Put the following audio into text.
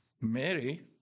Mary